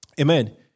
Amen